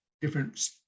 different